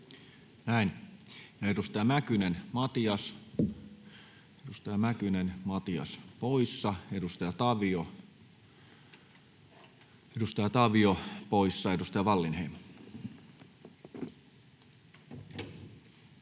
Näin. — Edustaja Mäkynen, Matias poissa, edustaja Tavio poissa. — Edustaja Wallinheimo.